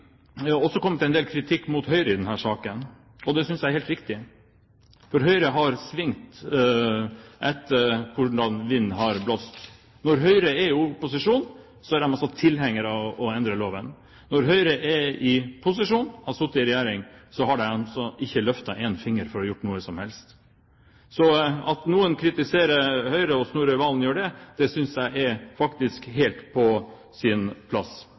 også kommet en del kritikk mot Høyre i denne saken. Det synes jeg er helt riktig, for Høyre har svingt etter hvor vinden har blåst. Når Høyre er i opposisjon, er de tilhengere av å endre loven. Når Høyre har vært i posisjon, har sittet i regjering, har de ikke løftet en finger for å få gjort noe som helst. At noen kritiserer Høyre – og Snorre Serigstad Valen gjør det – synes jeg faktisk er helt på sin plass.